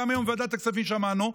גם היום בוועדת הכספים שמענו.